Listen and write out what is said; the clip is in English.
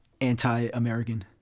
anti-American